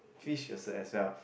fish also as well